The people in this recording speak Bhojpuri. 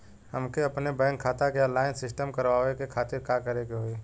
हमके अपने बैंक खाता के ऑनलाइन सिस्टम करवावे के खातिर का करे के होई?